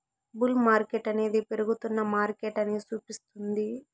bull మార్కెట్టనేది పెరుగుతున్న మార్కెటని సూపిస్తుంది